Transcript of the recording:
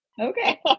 Okay